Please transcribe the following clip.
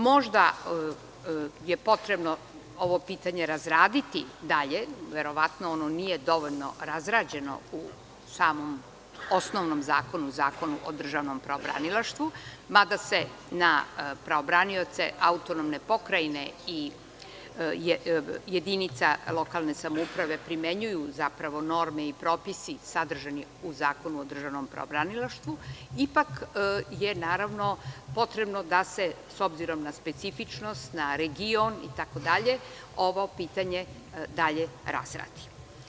Možda je potrebno ovo pitanje razraditi dalje, verovatno ono nije dovoljno razrađeno u samom osnovnom zakonu, Zakonu o državnom pravobranilaštvu, mada se na pravobranioce Autonomne pokrajine i jedinica lokalne samouprave primenjuju norme i propisi sadržane u Zakonu o državnom pravobranilaštvu, ipak je potrebno da se, s obzirom na specifičnost, na region, itd, ovo pitanje dalje razradi.